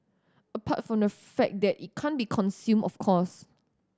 apart from the fact that it can't be consumed of course